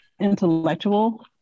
intellectual